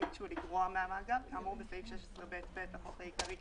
ביקשו לגרוע מהמאגר כאמור בסעיף 16ב(ב) לחוק העיקרי,